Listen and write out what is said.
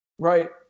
Right